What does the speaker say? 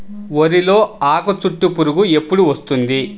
వరిలో ఆకుచుట్టు పురుగు ఎప్పుడు వస్తుంది?